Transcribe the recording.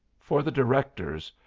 for the directors,